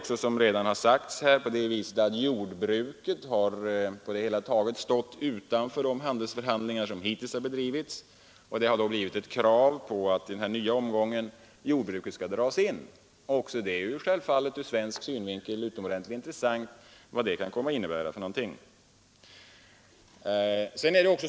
Som redan sagts här har jordbruket på det hela taget stått utanför de handelsförhandlingar som hittills har bedrivits, och det har medfört ett krav på att jordbruket skall dras in i den nya omgången. Det är självfallet ur svensk synvinkel utomordentligt intressant vad det kan komma att innebära.